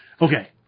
Okay